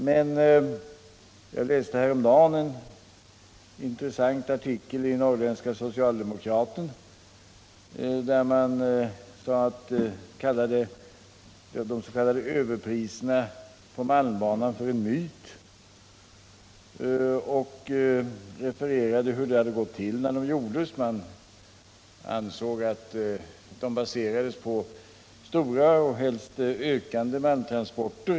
Men jag läste häromdagen en intressant artikel i Norrländska Socialdemokraten där man kallade överpriserna på malmbanan för en myt. Tidningen refererade hur det hade gått till när fraktpriserna fastställdes. Man ansåg att de hade baserats på stora och helst ökande malmtransporter.